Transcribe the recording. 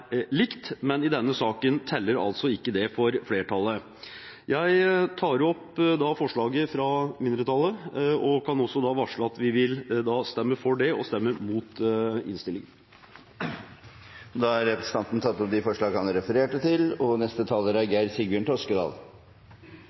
likt, men i denne saken teller altså ikke det for flertallet. Jeg tar opp forslaget fra mindretallet, og kan også da varsle at vi vil stemme for det og stemme mot innstillingen. Representanten Stein Erik Lauvås har tatt opp det forslaget han refererte til.